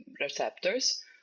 receptors